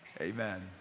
Amen